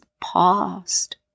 paused